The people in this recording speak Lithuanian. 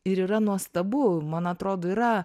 ir yra nuostabu man atrodo yra